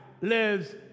lives